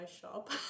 shop